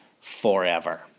forever